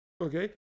Okay